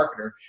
marketer